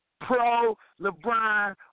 pro-LeBron